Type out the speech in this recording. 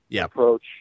approach